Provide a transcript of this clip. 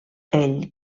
ell